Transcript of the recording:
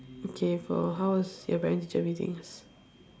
okay for how was your parent teacher meetings